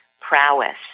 prowess